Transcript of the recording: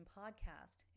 podcast